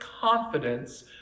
confidence